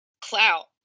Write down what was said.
clout